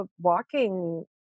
walking